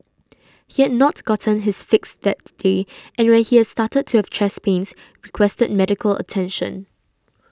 he had not gotten his fix that day and when he started to have chest pains requested medical attention